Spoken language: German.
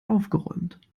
aufgeräumt